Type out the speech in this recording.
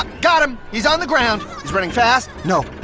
got him. he's on the ground. he's running fast. no,